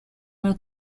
will